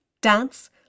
dance